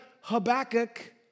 Habakkuk